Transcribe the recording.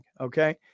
Okay